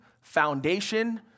foundation